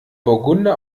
burgunder